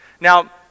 Now